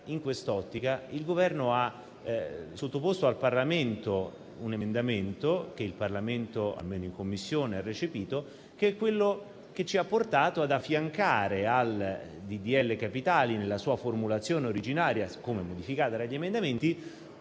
In quest'ottica, il Governo ha sottoposto al Parlamento un emendamento, che il Parlamento, almeno in Commissione, ha recepito, che è quello che ci ha portato ad affiancare al disegno di legge capitali nella sua formulazione originaria, come modificata dagli emendamenti,